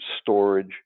storage